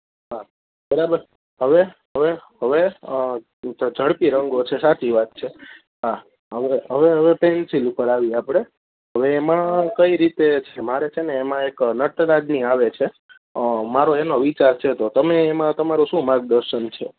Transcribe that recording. હા બરાબર હવે હવે હવે ઝડપી રંગો છે સાચી વાત છે હા હવે હવે હવે પેન્સિલ ઉપર આવીએ આપણે હવે એમાં કઈ રીતે છે મારે છે ને એમાં એક નટરાજની આવે છે મારો એનો વિચાર છે તો તમે એમાં તમારું શું માર્ગદર્શન છે